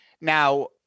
Now